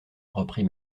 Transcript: reprit